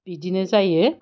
बिदिनो जायो